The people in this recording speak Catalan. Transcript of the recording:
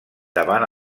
davant